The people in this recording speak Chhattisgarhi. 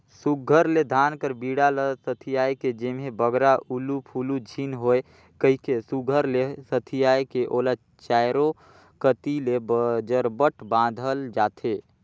सुग्घर ले धान कर बीड़ा ल सथियाए के जेम्हे बगरा उलु फुलु झिन होए कहिके सुघर ले सथियाए के ओला चाएरो कती ले बजरबट बाधल जाथे